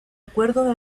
acuerdo